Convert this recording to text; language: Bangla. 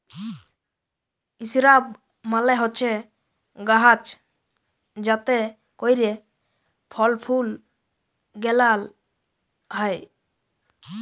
ইসরাব মালে হছে গাহাচ যাতে ক্যইরে ফল ফুল গেলাল হ্যয়